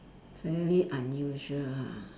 very unusual ah